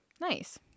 Nice